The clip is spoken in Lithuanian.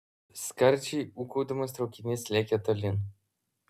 skardžiai ūkaudamas traukinys lėkė tolyn